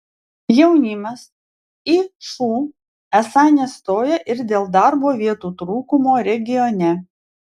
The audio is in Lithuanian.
jaunimas į šu esą nestoja ir dėl darbo vietų trūkumo regione